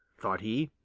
thought he.